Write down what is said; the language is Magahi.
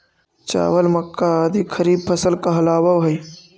चावल, मक्का आदि खरीफ फसल कहलावऽ हइ